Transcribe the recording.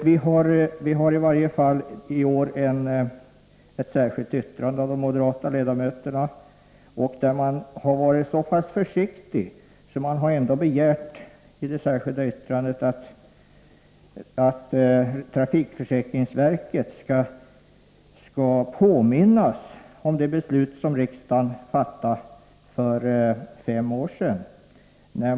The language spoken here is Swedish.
Vi har i varje fall i år ett särskilt yttrande från de moderata ledamöterna, där de har varit så försiktiga att de endast har begärt att trafiksäkerhetsverket skall påminnas om det beslut som riksdagen fattade för fem år sedan.